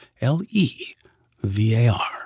L-E-V-A-R